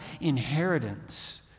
inheritance